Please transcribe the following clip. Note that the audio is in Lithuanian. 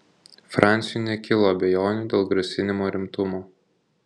franciui nekilo abejonių dėl grasinimo rimtumo